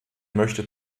möchte